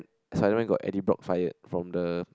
Spider-Man got Eddie-Brock fired from the